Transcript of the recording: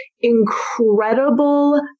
incredible